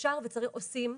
עושים,